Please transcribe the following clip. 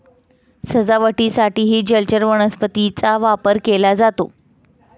सजावटीसाठीही जलचर वनस्पतींचा वापर केला जातो